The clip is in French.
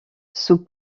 sous